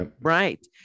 right